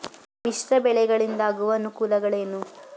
ಮಿಶ್ರ ಬೆಳೆಗಳಿಂದಾಗುವ ಅನುಕೂಲಗಳೇನು?